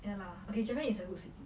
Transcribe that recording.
ya lah okay Japan is a good city